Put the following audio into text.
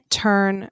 turn